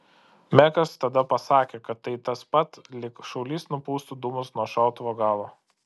mekas tada pasakė kad tai tas pat lyg šaulys nupūstų dūmus nuo šautuvo galo